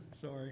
Sorry